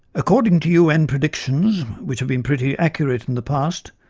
according to un predictions, which have been pretty accurate in the past,